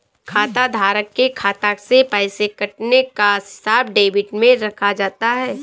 खाताधारक के खाता से पैसे कटने का हिसाब डेबिट में रखा जाता है